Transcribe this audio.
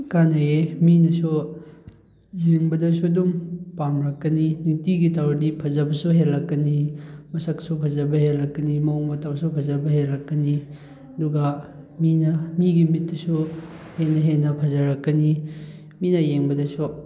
ꯀꯥꯟꯅꯩ ꯃꯤꯅꯁꯨ ꯌꯦꯡꯕꯗꯁꯨ ꯑꯗꯨꯝ ꯄꯥꯝꯂꯛꯀꯅꯤ ꯅꯨꯡꯇꯤꯒꯤ ꯇꯧꯔꯗꯤ ꯐꯖꯕꯁꯨ ꯍꯦꯜꯂꯛꯀꯅꯤ ꯃꯁꯛꯁꯨ ꯐꯖꯕ ꯍꯦꯜꯂꯛꯀꯅꯤ ꯃꯑꯣꯡ ꯃꯇꯧꯁꯨ ꯐꯖꯕ ꯍꯦꯜꯂꯛꯀꯅꯤ ꯑꯗꯨꯒ ꯃꯤꯅ ꯃꯤꯒꯤ ꯃꯤꯠꯇꯁꯨ ꯍꯦꯟꯅ ꯍꯦꯟꯅ ꯐꯖꯔꯛꯀꯅꯤ ꯃꯤꯅ ꯌꯦꯡꯕꯗꯁꯨ